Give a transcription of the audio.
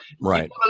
Right